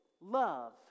love